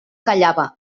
callava